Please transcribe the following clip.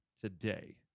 today